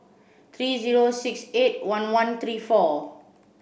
three zero six eight one one three four